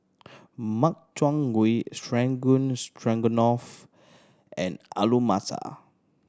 Makchang Gui Strogan Stroganoff and Alu Matar